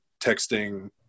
texting